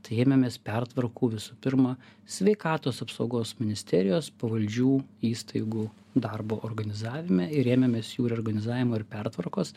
tai ėmėmės pertvarkų visų pirma sveikatos apsaugos ministerijos pavaldžių įstaigų darbo organizavime ir ėmėmės jų ir organizavimo ir pertvarkos